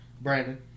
Brandon